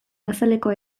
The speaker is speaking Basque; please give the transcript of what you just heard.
azalekoa